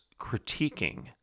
critiquing